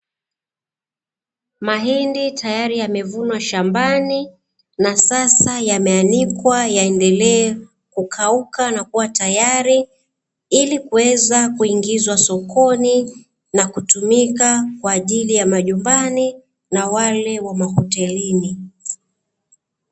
Mahindi tayari yamevunwa shambani na sasa yameanikwa yaendelee kukauka na kuwa tayari ili kuweza kuingizwa sokoni na kutumika kwa ajili ya majumbani na wale wa mahotelini.